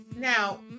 Now